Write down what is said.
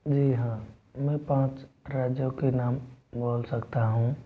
जी हाँ मैं पाँच राज्यों के नाम बोल सकता हूँ